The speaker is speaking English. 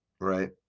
right